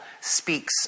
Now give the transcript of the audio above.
speaks